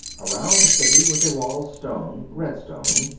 around the city was a wall of stone, red stone,